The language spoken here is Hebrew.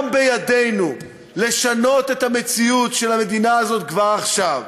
גם בידינו לשנות את המציאות של המדינה הזאת כבר עכשיו,